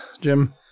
jim